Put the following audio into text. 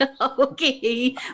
okay